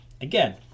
again